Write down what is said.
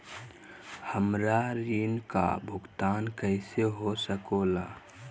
हमरा ऋण का भुगतान कैसे हो सके ला?